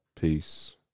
Peace